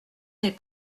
n’est